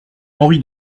henri